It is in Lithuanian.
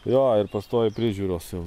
jo ir pastoviai priežiūros jau